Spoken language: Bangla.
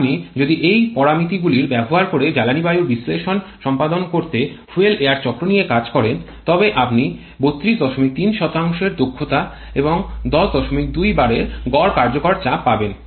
আপনি যদি এই পরামিতিগুলির ব্যবহার করে জ্বালানী বায়ু বিশ্লেষণ সম্পাদন করতে ফুয়েল এয়ার চক্র নিয়ে কাজ করেন তবে আপনি ৩২৩ এর দক্ষতা এবং ১০২ বারের গড় কার্যকর চাপ পাবেন